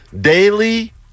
daily